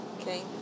Okay